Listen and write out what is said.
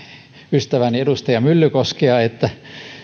ystävääni edustaja myllykoskea että